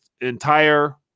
entire